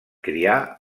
crià